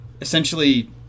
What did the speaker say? essentially